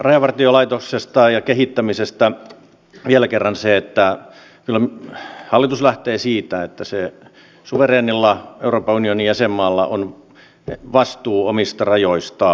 rajavartiolaitoksesta ja kehittämisestä vielä kerran se että kyllä hallitus lähtee siitä että suvereenilla euroopan unionin jäsenmaalla on vastuu omista rajoistaan